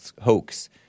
hoax